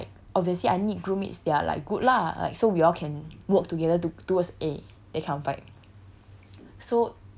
then like obviously I need group mates that are like good lah like so we all can work together to towards a that kind of vibe